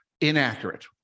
inaccurate